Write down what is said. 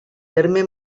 terme